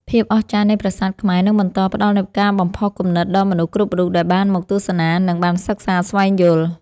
ភាពអស្ចារ្យនៃប្រាសាទខ្មែរនឹងបន្តផ្តល់នូវការបំផុសគំនិតដល់មនុស្សគ្រប់រូបដែលបានមកទស្សនា និង បានសិក្សាស្វែងយល់។